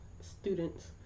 students